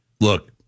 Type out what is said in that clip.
Look